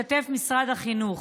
שבה משתתף משרד החינוך.